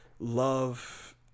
love